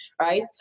right